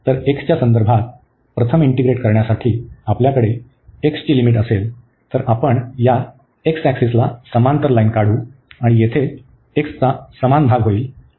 तर x च्या संदर्भात प्रथम इंटीग्रेट करण्यासाठी आपल्याकडे x ची लिमिट असेल तर आपण या x ऍक्सिसला समांतर लाईन काढू आणि येथे x चा समान भाग होईल